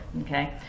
Okay